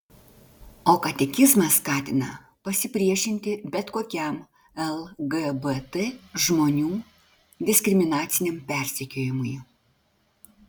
o katekizmas skatina pasipriešinti bet kokiam lgbt žmonių diskriminaciniam persekiojimui